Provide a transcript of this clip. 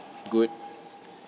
good